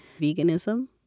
veganism